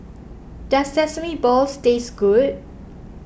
does Sesame Balls taste good